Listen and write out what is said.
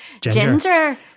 Ginger